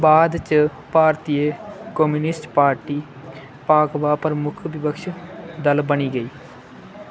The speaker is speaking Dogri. बाद इच भारतीय कम्युनिस्ट पार्टी भागपा प्रमुख विपक्ष दल बनी गेई